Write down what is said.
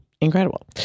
incredible